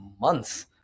months